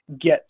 get